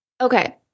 Okay